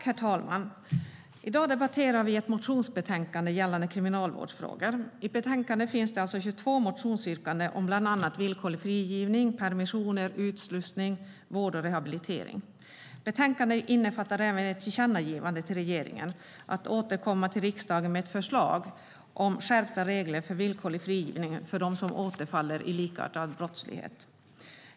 Herr talman! I dag debatterar vi ett motionsbetänkande gällande kriminalvårdsfrågor. I betänkandet finns 22 motionsyrkanden om bland annat villkorlig frigivning, permissioner, utslussning, vård och rehabilitering. Betänkandet innefattar även ett tillkännagivande till regeringen att återkomma till riksdagen med ett förslag om skärpta regler för villkorlig frigivning för dem som återfaller i likartad brottslighet.